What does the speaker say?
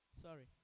Sorry